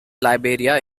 liberia